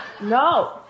no